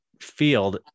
field